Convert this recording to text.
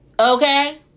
okay